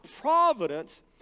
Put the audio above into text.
providence